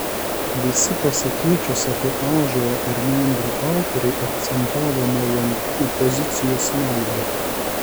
visi pasakėčios apie ąžuolą ir nendrę autoriai akcentavo nuolankumo pozicijos naudą